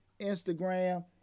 Instagram